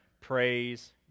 Praise